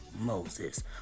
Moses